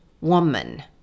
woman